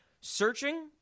Searching